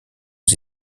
aux